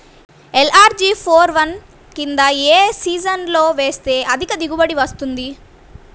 LRG four one కంది రకం ఏ సీజన్లో వేస్తె అధిక దిగుబడి వస్తుంది?